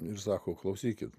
ir sako klausykit